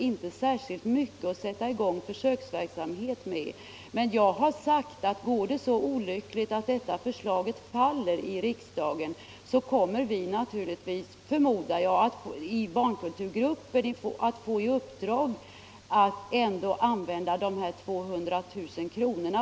inte särskilt mycket att sätta i gång försöksverksamhet med. Jag har sagt att om det går så olyckligt att vårt förslag faller i riksdagen, så kommer vi förmodligen i barnkulturgruppen att få i uppdrag att ändå använda dessa 200 000 kr.